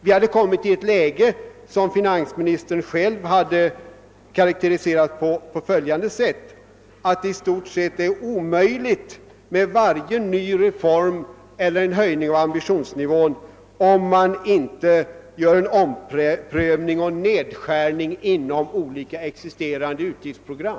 Vi har råkat i ett läge som finansministern själv har karakteriserat så, att det i stort sett är omöjligt med varje ny reform eller varje höjning av ambitionsnivån, såvida man inte omprövar och skär ned olika existerande utgiftsprogram.